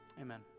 Amen